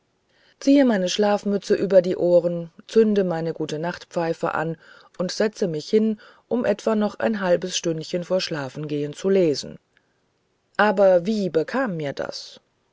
ziehe meine schlafmütze über die ohren zünde meine gutenachtpfeife an und setzte mich hin um etwa noch ein halb stündchen vor schlafengehen zu lesen aber wie bekam mir das